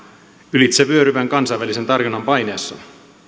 ylitsevyöryvän kansainvälisen tarjonnan paineessa